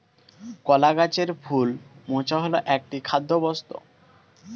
কলা গাছের ফুল মোচা হল একটি খাদ্যবস্তু